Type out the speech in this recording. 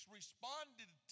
responded